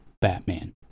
Batman